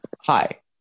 Hi